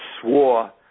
swore